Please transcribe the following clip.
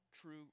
true